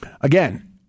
Again